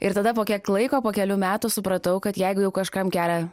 ir tada po kiek laiko po kelių metų supratau kad jeigu jau kažkam kelia